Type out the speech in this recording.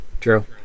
True